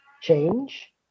change